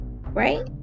right